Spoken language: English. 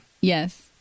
yes